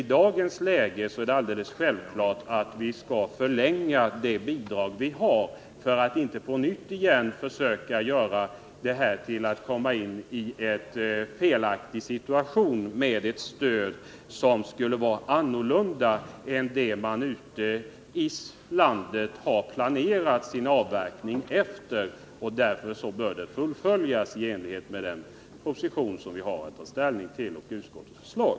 I dagens läge är det alldeles självklart att vi skall förlänga giltighetstiden för det nuvarande gallringsbidraget, så att vi inte på nytt hamnar i en situation, där man har ett stöd som inte är anpassat till hur man ute i landet har planerat sin avverkning. Därför bör förslaget fullföljas i enlighet med den proposition och det utskottsbetänkande som vi har att ta ställning till här i dag.